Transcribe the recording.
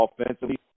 offensively